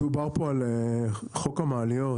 דובר פה על חוק המעליות,